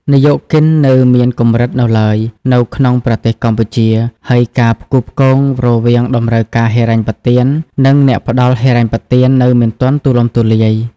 និយោគិននៅមានកម្រិតនៅឡើយនៅក្នុងប្រទេសកម្ពុជា ហើយការផ្គូផ្គងរវាងតម្រូវការហិរញ្ញប្បទាន និងអ្នកផ្តល់ហិរញ្ញប្បទាននៅមិនទាន់ទូលំទូលាយ ។